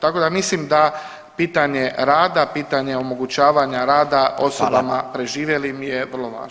Tako da mislim da pitanje rada, pitanje omogućavanja rada osobama preživjelim je vrlo važno.